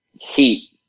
heat